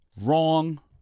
Wrong